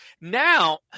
Now